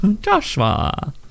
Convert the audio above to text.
Joshua